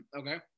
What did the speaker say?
Okay